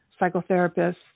psychotherapists